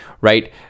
right